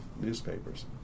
newspapers